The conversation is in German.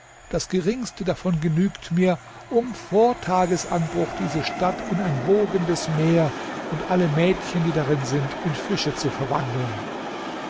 das geringste davon genügt mir um vor tagesanbruch diese stadt in ein wogendes meer und alle mädchen die darin sind in fische zu verwandeln